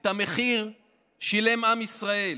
את המחיר שילם עם ישראל.